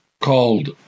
called